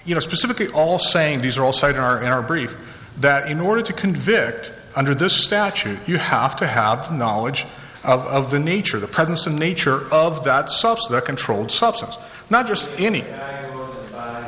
you know specifically all saying these are all side in our in our brief that in order to convict under this statute you have to have knowledge of the nature the presence and nature of that software controlled substance not just any